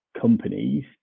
companies